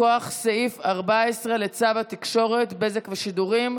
מכוח סעיף 14 לצו התקשורת (בזק ושידורים)